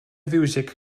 fiwsig